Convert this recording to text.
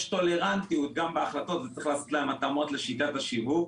טולרנטיות גם בהחלטות צריך לעשות להם התאמות לשיטת השיווק.